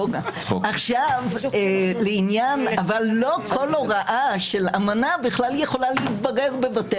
לא כל הוראה של אמנה בכלל יכולה להתברר בבתי